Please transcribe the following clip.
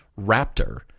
Raptor